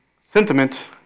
Sentiment